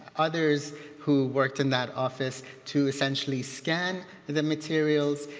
others who worked in that office to essentially scan the materials.